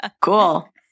Cool